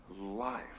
life